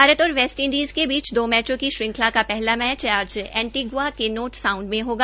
भारत और West Indies के बीच दो मैचों की श्रंखला का पहला मैच आज एंटीक्आ के नोर्थ साउंड में होगी